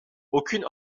aucune